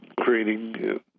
creating